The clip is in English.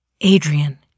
Adrian